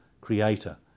creator